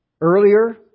Earlier